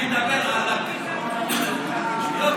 אני מדבר על היוקר, יוקר